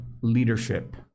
leadership